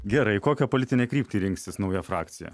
gerai kokią politinę kryptį rinksis nauja frakcija